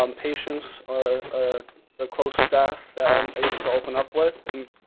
um patients or the close staff that i'm able to open up with and,